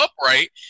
upright